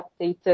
updated